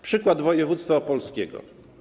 Przykład województwa opolskiego.